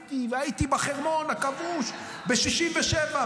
ועשיתי והייתי בחרמון הכבוש ב-67'.